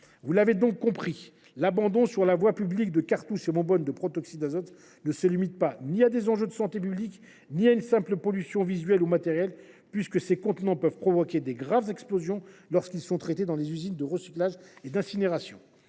Vous l’aurez compris, l’abandon sur la voie publique de cartouches et de bonbonnes de protoxyde d’azote ne constitue pas seulement un enjeu de santé publique ou une simple pollution visuelle ou matérielle : ces contenants peuvent provoquer de graves explosions lorsqu’ils sont traités dans les usines de recyclage et d’incinération.